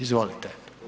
Izvolite.